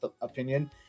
opinion